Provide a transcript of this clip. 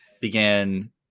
began